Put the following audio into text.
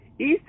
East